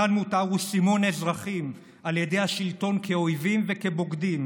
"כאן מותר" הוא סימון אזרחים על ידי השלטון כאויבים וכבוגדים